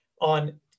on